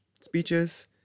speeches